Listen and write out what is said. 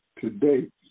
today